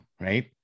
Right